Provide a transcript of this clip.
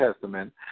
testament